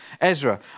Ezra